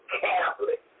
Catholic